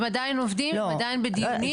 הם עדיין עובדים ועדיין בדיונים.